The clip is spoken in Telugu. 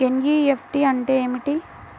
ఎన్.ఈ.ఎఫ్.టీ అంటే ఏమిటి?